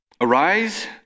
Arise